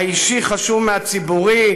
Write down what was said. האישי חשוב מהציבורי,